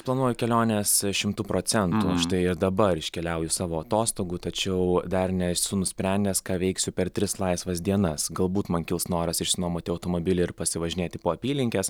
planuoju keliones šimtu procentų štai dabar iškeliauju savo atostogų tačiau dar nesu nusprendęs ką veiksiu per tris laisvas dienas galbūt man kils noras išsinuomoti automobilį ir pasivažinėti po apylinkes